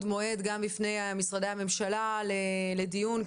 מועד גם בפני משרדי הממשלה לדיון,